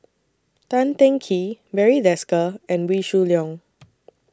Tan Teng Kee Barry Desker and Wee Shoo Leong